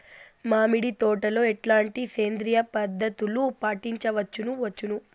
మామిడి తోటలో ఎట్లాంటి సేంద్రియ పద్ధతులు పాటించవచ్చును వచ్చును?